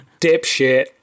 dipshit